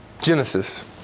Genesis